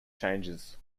changes